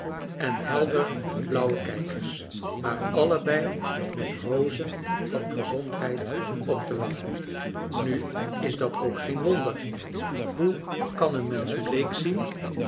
en helder blauwe kijkers maar allebei met rozen van gezondheid op de wangen nu is dat ook geen wonder hoe kan een mensch bleek zien